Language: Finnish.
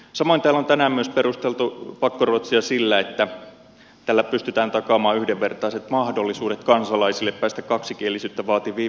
samoin täällä on tänään myös perusteltu pakkoruotsia sillä että tällä pystytään takaamaan yhdenvertaiset mahdollisuudet kansalaisille päästä kaksikielisyyttä vaativiin virkoihin